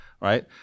right